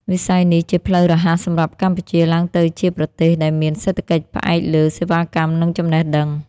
វិស័យនេះជាផ្លូវរហ័សសម្រាប់កម្ពុជា ឡើងទៅជាប្រទេសដែលមានសេដ្ឋកិច្ចផ្អែកលើសេវាកម្ម និងចំណេះដឹង។